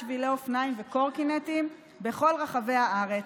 שבילי אופניים וקורקינטים בכל רחבי הארץ,